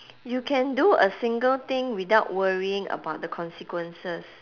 you can do a single thing without worrying about the consequences